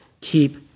keep